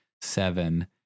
seven